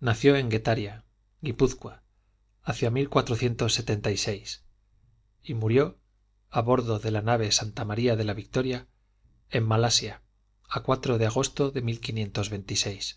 nació en guetaria guipúzcoa hacia y murió a horda de la nave santa maría de la victoria en malasia a de agosto de